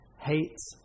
hates